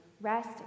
rest